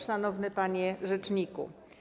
Szanowny Panie Rzeczniku!